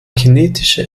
kinetische